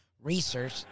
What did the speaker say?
research